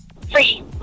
Three